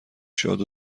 شاد